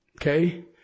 Okay